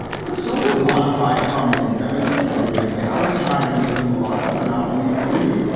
but so were bonafide prominent feminists. rose mcgowan chided alyssa milano for not believing reed.